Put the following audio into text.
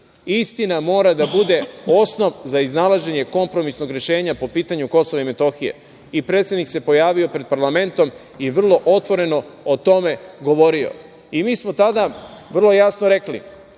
Istina mora da bude osnov za iznalaženje kompromisnog rešenja po pitanju Kosova i Metohije. I predsednik se pojavio pred parlamentom i vrlo otvoreno o tome govorio. Mi smo tada vrlo jasno rekli